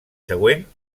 següent